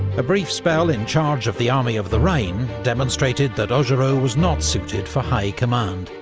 a brief spell in charge of the army of the rhine demonstrated that augereau was not suited for high command,